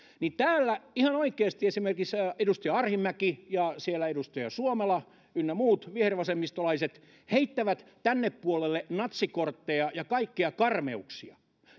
niin täällä ihan oikeasti esimerkiksi edustaja arhinmäki ja siellä edustaja suomela ynnä muut vihervasemmistolaiset heittävät tänne puolelle natsikortteja ja kaikkia karmeuksia